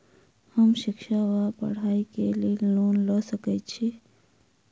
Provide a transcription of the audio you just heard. हम शिक्षा वा पढ़ाई केँ लेल लोन लऽ सकै छी?